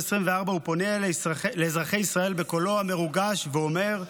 הוא פונה לאזרחי ישראל בקולו המרוגש ואומר: